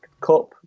cup